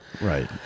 Right